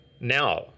Now